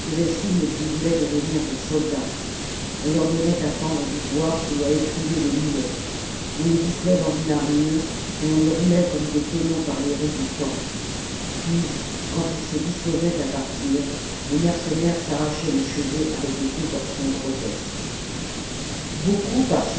faisaient signe qu'ils voulaient devenir des soldats on leur donnait à fendre du bois et à étriller des mulets on les bouclait dans une armure et on les roulait comme des tonneaux par les rues du camp puis quand ils se disposaient à partir les mercenaires s'arrachaient les cheveux avec des contorsions grotesques beaucoup par